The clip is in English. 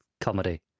Comedy